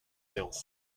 séance